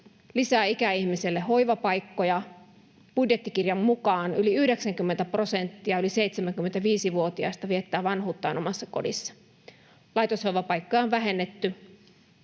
lisää ikäihmisille hoivapaikkoja — budjettikirjan mukaan yli 90 prosenttia yli 75-vuotiaista viettää vanhuuttaan omassa kodissaan. Laitoshoivapaikkoja on vähennetty.